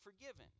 forgiven